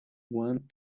want